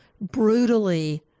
brutally